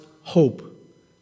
hope